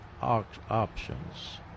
options